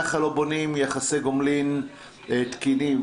ככה לא בונים יחסי גומלין תקינים.